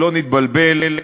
שלא נתבלבל,